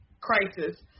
crisis